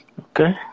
Okay